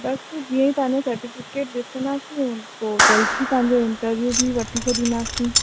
बसि जीअं ई तव्हांजो सेर्टिफ़िकेट ॾिसंदासीं पोइ जल्द ई तव्हां जो इंटरव्यू बि वठी छॾींदासीं